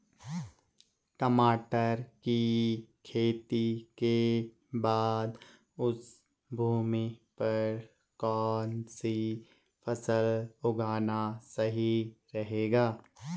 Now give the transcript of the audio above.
टमाटर की खेती के बाद उस भूमि पर कौन सी फसल उगाना सही रहेगा?